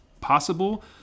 possible